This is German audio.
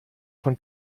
von